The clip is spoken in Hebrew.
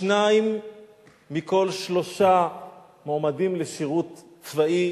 שניים מכל שלושה מועמדים לשירות צבאי